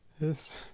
Yes